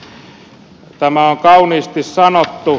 tä mä on kauniisti sanottu